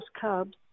cubs